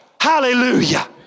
Hallelujah